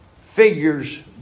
Figures